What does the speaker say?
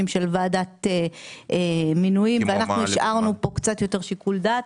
של ועדת המינויים ואנחנו השארנו פה קצת יותר שיקול דעת.